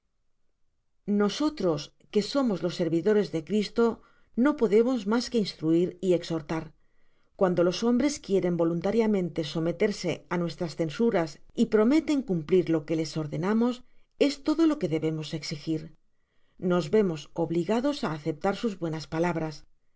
nosotros que so mos los servidores de cristo no podemos mas que instruir y exhortar cuando los hombres quieren voluntariamente someterse á nuestras censuras y prometen cumplir lo que ies ordenamos es todo lo que debemos exigir nos vemos obligados á aceptar sus buenas palabras